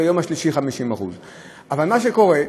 וביום השלישי 50%. אבל מה שקורה,